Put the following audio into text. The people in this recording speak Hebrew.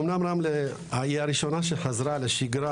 אמנם רמלה היא הראשונה שחזרה לשגרה,